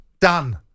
Done